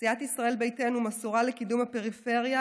סיעת ישראל ביתנו מסורה לקידום הפריפריה,